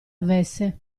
avesse